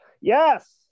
Yes